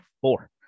Four